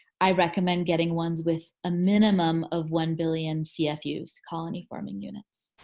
i recommend getting ones with a minimum of one billion cfu, colony-forming units.